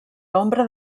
nombre